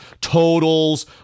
totals